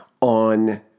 on